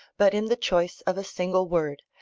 but in the choice of a single word,